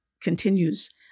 continues